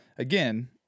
Again